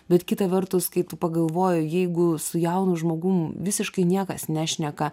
bet kita vertus kai tu pagalvoji jeigu su jaunu žmogum visiškai niekas nešneka